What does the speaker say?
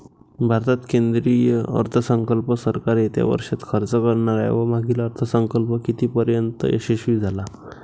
भारतात केंद्रीय अर्थसंकल्प सरकार येत्या वर्षात खर्च करणार आहे व मागील अर्थसंकल्प कितीपर्तयंत यशस्वी झाला